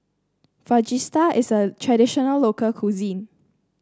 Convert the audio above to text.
fajitas is a traditional local cuisine